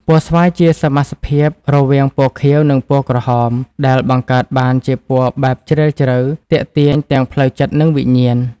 ពណ៌ស្វាយជាសមាសភាពរវាងពណ៌ខៀវ និងពណ៌ក្រហម ដែលបង្កើតបានជាពណ៌បែបជ្រាលជ្រៅ ទាក់ទាញទាំងផ្លូវចិត្តនិងវិញ្ញាណ។